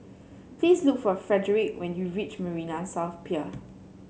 please look for Frederick when you reach Marina South Pier